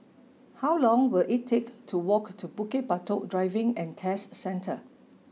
how long will it take to walk to Bukit Batok Driving and Test Centre